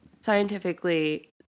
scientifically